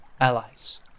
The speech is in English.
allies